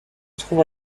trouve